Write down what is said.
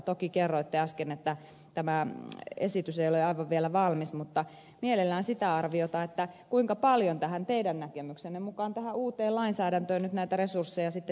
toki kerroitte äsken että tämä esitys ei ole aivan vielä valmis mutta mielelläni kuulisin sitä arviota kuinka paljon teidän näkemyksenne mukaan tähän uuteen lainsäädäntöön nyt näitä resursseja sitten tietosuojavaltuutetulle tarvitaan